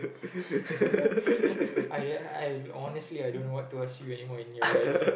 I I honestly I don't know what to ask you any more in your life